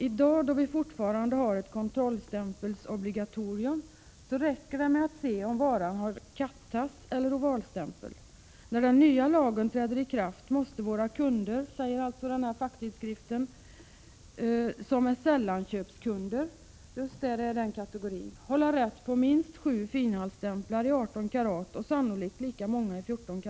I dag, då vi fortfarande har ett kontrollstämplingsobligatorium, räcker det 27 november 1986 med att se om varan har ”kattass” eller ovalstämpel. När den nya lagen träder i kraft, måste våra kunder, som är sällanköpskunder, hålla rätt på minst sju finhaltstämplar i 18 k och sannolikt lika många i 14 k.